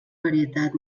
varietat